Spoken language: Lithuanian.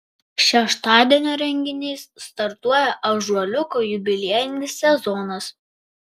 šeštadienio renginiais startuoja ąžuoliuko jubiliejinis sezonas